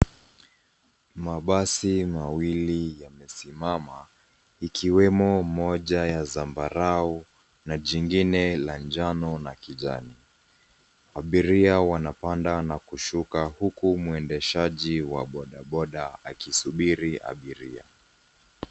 Mabasi mawili yamesimama ikiwemo moja ya zambarau na jingine la njano na kijani. Abiria wanapanda na kushuka huku mwendeshaji wa bodaboda akisubiri abiria.